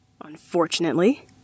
Unfortunately